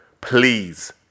Please